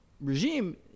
regime